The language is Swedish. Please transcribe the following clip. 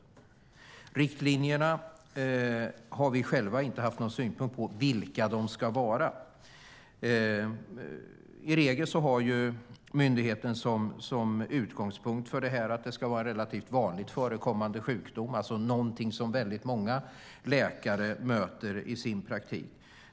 Vilka riktlinjerna ska vara har vi själva inte haft någon synpunkt på. I regel har myndigheten som utgångspunkt att det ska handla om relativt vanligt förekommande sjukdomar, alltså sådana som väldigt många läkare möter i sin praktik.